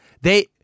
They-